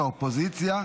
בועז טופורובסקי,